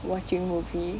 watching movie